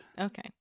Okay